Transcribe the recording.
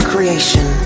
creation